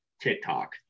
TikTok